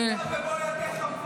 במו ידיך אתה מפטר אותו.